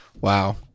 wow